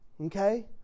Okay